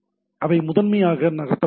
அவை முதன்மையாக நகர்த்தப்பட்டது